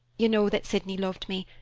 you know that sydney loved me,